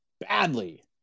badly